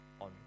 on